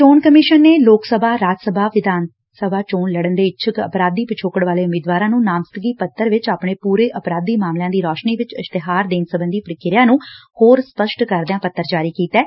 ਚੋਣ ਕਮਿਸ਼ਨ ਨੇ ਲੋਕ ਸਭਾ ਰਾਜ ਸਭਾ ਵਿਧਾਨ ਸਭਾ ਚੋਣ ਲੜਨ ਦੇ ਇਛੁਕ ਅਪਰਾਧੀ ਪਿਛੋਕੜ ਵਾਲੇ ਉਮੀਦਵਾਰਾਂ ਨੂੰ ਨਾਮਜਦਗੀ ਪੱਤਰ ਵਿੱਚ ਆਪਣੇ ਪੁਰੇ ਅਪਰਾਧੀ ਮਾਮਲਿਆਂ ਦੀ ਰੋਸ਼ਨੀ ਵਿੱਚ ਇਸ਼ਤਿਹਾਰ ਦੇਣ ਸਬੰਧੀ ਪ੍ਰੀਕ੍ਆ ਨੂੰ ਹੋਰ ਸਪਸ਼ਟ ਕਰਦਿਆਂ ਪੱਤਰ ਜਾਰੀ ਕੀਤਾ ਐ